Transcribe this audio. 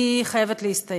היא חייבת להסתיים.